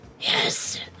Yes